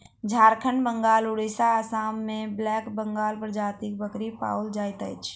झारखंड, बंगाल, उड़िसा, आसाम मे ब्लैक बंगाल प्रजातिक बकरी पाओल जाइत अछि